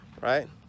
right